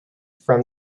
from